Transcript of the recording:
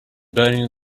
burning